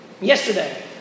Yesterday